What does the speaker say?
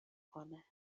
کنه